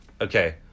okay